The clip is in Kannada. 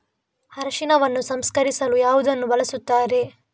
ಅರಿಶಿನವನ್ನು ಸಂಸ್ಕರಿಸಲು ಯಾವುದನ್ನು ಬಳಸುತ್ತಾರೆ?